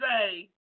say